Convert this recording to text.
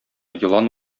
елан